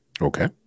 Okay